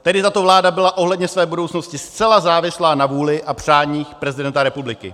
Tedy tato vláda byla ohledně své budoucnosti zcela závislá na vůli a přání prezidenta republiky.